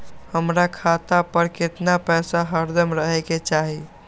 हमरा खाता पर केतना पैसा हरदम रहे के चाहि?